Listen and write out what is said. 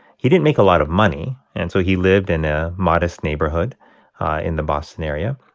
he didn't make a lot of money, and so he lived in a modest neighborhood in the boston area,